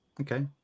Okay